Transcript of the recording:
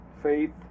faith